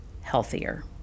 healthier